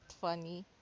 funny